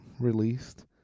released